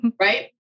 right